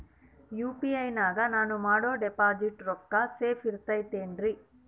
UPI ನಾಗ ನಾನು ಮಾಡೋ ಡಿಪಾಸಿಟ್ ರೊಕ್ಕ ಸೇಫ್ ಇರುತೈತೇನ್ರಿ?